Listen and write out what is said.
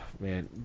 Man